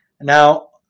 Now